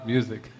Music